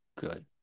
good